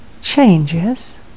changes